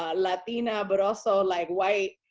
ah latina, but also, like white,